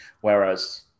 whereas